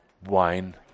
wine